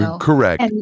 Correct